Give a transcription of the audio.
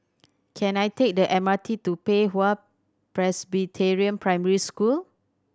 can I take the M R T to Pei Hwa Presbyterian Primary School